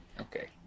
Okay